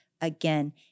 again